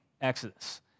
exodus